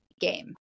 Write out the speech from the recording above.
game